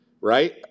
right